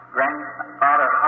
Grandfather